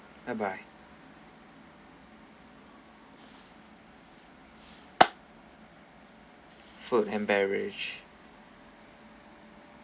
bye bye food and beverage